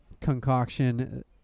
concoction